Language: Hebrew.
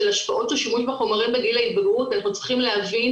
השפעות השימוש בחומרים בגיל ההתבגרות אנחנו צריכים להבין